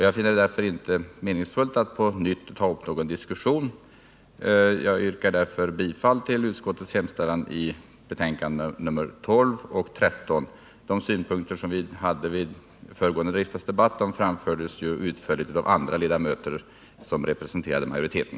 Jag finner det därför inte meningsfullt att på nytt ta upp en diskussion. De synpunkter som vi hade vid föregående riksdagsdebatt framfördes ju utförligt av andra ledamöter som representerade utskottsmajoriteten. Jag yrkar därför bifall till utskottets hemställan i betänkandena 12 och 13.